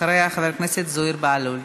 אחריה, חבר הכנסת זוהיר בהלול.